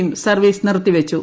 യും സർവ്വീസ് നിർത്തിവച്ചു